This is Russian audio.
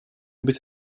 быть